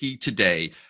today